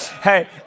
Hey